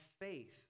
faith